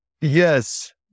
Yes